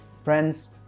Friends